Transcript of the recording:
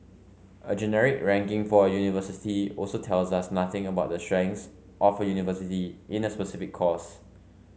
a generic ranking for a university also tells us nothing about the strengths of a university in a specific course